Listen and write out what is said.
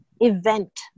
event